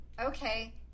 okay